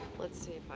let's see